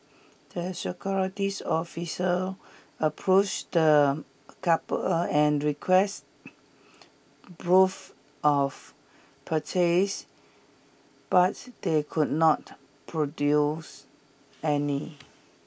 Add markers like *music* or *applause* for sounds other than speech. the securities officer approached the couple and request *hesitation* proof of purchase but they could not produce any